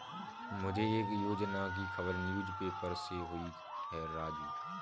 मुझे एक योजना की खबर न्यूज़ पेपर से हुई है राजू